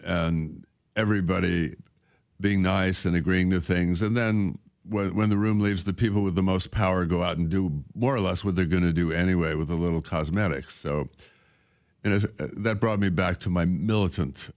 and everybody being nice and agreeing the things and then when the room leaves the people with the most power go out and do more or less what they're going to do anyway with a little cosmetic so and as that brought me back to my militant